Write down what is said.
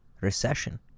recession